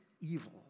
evil